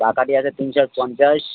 Bacardi আছে তিনশো পঞ্চাশ